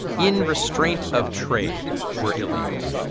in restraint of trade were illegal.